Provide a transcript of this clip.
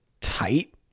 tight